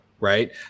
right